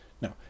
Now